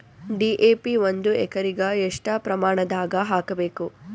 DAP ಒಂದು ಎಕರಿಗ ಎಷ್ಟ ಪ್ರಮಾಣದಾಗ ಹಾಕಬೇಕು?